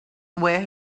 where